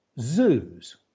zoos